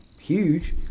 huge